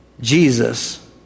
Jesus